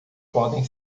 podem